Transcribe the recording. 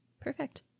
Perfect